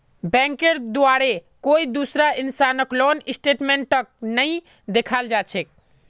बैंकेर द्वारे कोई दूसरा इंसानक लोन स्टेटमेन्टक नइ दिखाल जा छेक